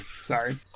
Sorry